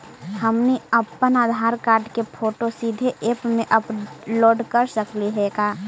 हमनी अप्पन आधार कार्ड के फोटो सीधे ऐप में अपलोड कर सकली हे का?